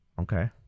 Okay